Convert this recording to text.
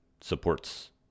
supports